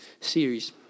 series